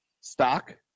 Stock